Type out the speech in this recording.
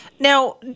Now